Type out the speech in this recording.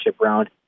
round